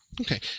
Okay